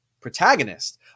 protagonist